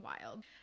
wild